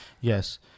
yes